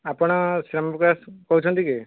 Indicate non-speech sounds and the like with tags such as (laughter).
ଆପଣ (unintelligible) କହୁଛନ୍ତି କି